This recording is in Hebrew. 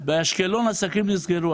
באשקלון עסקים נסגרו.